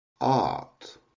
art